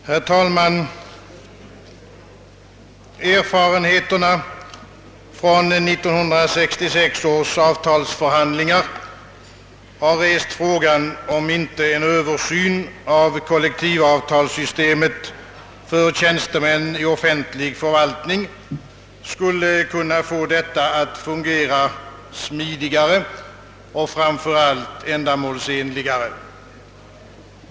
Herr talman! Erfarenheterna från 1966 års avtalsförhandlingar har rest frågan, om inte en översyn av kollek tivavtalssystemet för tjänstemän i offentlig förvaltning skulle kunna få detta att fungera smidigare och framför allt ändamålsenligare.